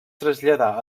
traslladà